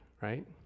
right